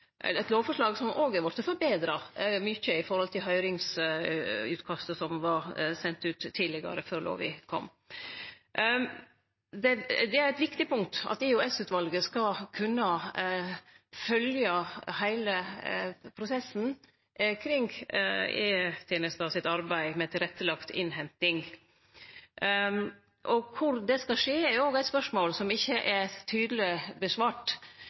eit lovforslag som òg har vorte forbetra mykje i forhold til høyringsutkastet som vart sendt ut tidlegare, før lova kom. Det er eit viktig punkt at EOS-utvalet skal kunne følgje heile prosessen kring arbeidet E-tenesta gjer med tilrettelagd innhenting. Kor det skal skje, er òg eit spørsmål som ikkje er tydeleg